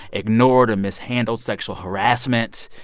ignored or mishandled sexual harassment.